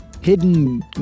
hidden